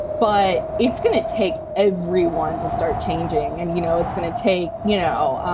but it's going to take everyone to start changing. and, you know, it's going to take, you know,